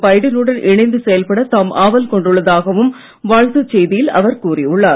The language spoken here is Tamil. பைடனுடன் இணைந்து செயல்பட தாம் ஆவல் கொண்டுள்ளதாகவும் வாழ்த்துச் செய்தியில் அவர் கூறியுள்ளார்